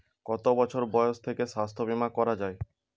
কত বছর বয়স থেকে স্বাস্থ্যবীমা করা য়ায়?